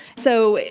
so,